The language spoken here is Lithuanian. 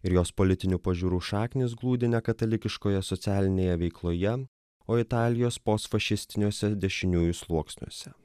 ir jos politinių pažiūrų šaknys glūdi ne katalikiškoje socialinėje veikloje o italijos post fašistiniuose dešiniųjų sluoksniuose